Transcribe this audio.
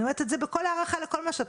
אנחנו מאוד מעריכים את העבודה שלך.